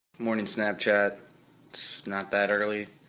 morning snapchat, it's not that early.